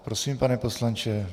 Prosím, pane poslanče.